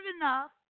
enough